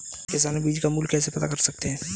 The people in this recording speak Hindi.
किसान बीज का मूल्य कैसे पता कर सकते हैं?